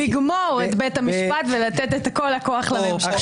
לגמור את בית המשפט ולתת את כל הכוח לממשלה.